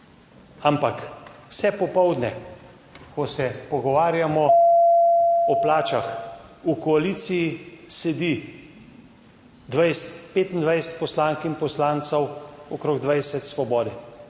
ampak vse popoldne, ko se pogovarjamo o plačah, v koaliciji sedi 20, 25 poslank in poslancev, okrog 20 Svobode,